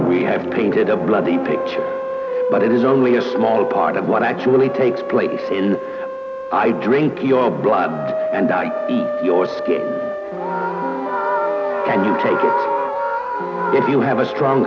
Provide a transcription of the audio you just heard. have painted a bloody picture but it is only a small part of what actually takes place in i drink your blood and your skin and you take it if you have a strong